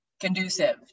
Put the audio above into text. conducive